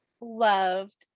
loved